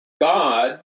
God